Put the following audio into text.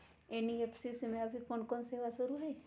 NBFC में अभी कोन कोन सेवा शुरु हई?